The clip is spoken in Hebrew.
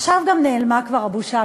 עכשיו גם נעלמה כבר הבושה,